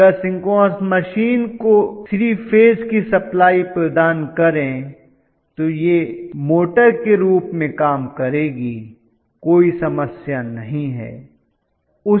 अगर synchronous machine को 3 phase की सप्लाई प्रदान करें तो यह मोटर के रूप में काम करेगी कोई समस्या नहीं है